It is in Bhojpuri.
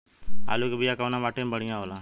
आलू के बिया कवना माटी मे बढ़ियां होला?